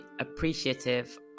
appreciative